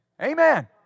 Amen